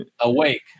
Awake